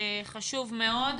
חשוב מאוד.